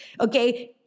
okay